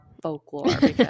folklore